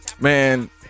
man